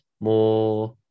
more